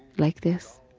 like this.